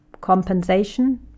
compensation